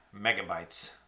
megabytes